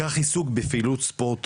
כך העיסוק בפעילות ספורט